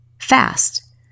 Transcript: fast